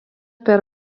per